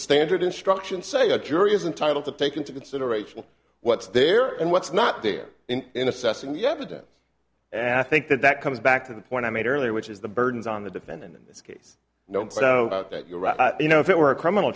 standard instruction say a curious entitle to take into consideration what's there and what's not there in assessing the evidence and i think that that comes back to the point i made earlier which is the burden is on the defendant in this case no doubt that you're right you know if it were a criminal